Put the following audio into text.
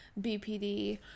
BPD